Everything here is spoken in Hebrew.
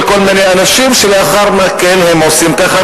כל מיני אנשים שלאחר מכן הם עושים ככה,